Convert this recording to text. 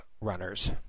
runners